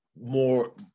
More